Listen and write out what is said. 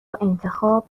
انتخاب